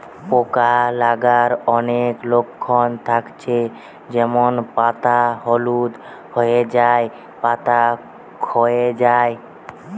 পোকা লাগার অনেক লক্ষণ থাকছে যেমন পাতা হলুদ হয়ে যায়া, পাতা খোয়ে যায়া